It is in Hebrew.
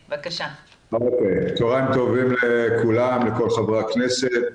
צוהריים טובים לכולם, לכל חברי הכנסת.